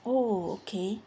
okay